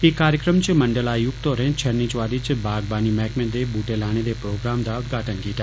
इक कार्यक्रम च मंडल आयुक्त होरें छन्नी चोहादी च बागवानी मैहकमें दे बूहटे लाने दे प्रोग्राम दा उदघाटन कीता